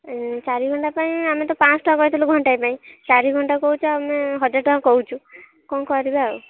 ଚାରି ଘଣ୍ଟା ପାଇଁ ଆମେ ତ ପାଞ୍ଚଶହ ଟଙ୍କା କହିଥିଲୁ ଘଣ୍ଟାଏ ପାଇଁ ଚାରି ଘଣ୍ଟାକୁ କହୁଛ ଆମେ ହଜାରେ ଟଙ୍କା କହୁଛୁ କ'ଣ କରିବା ଆଉ